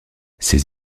ces